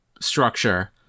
structure